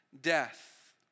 death